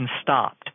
stopped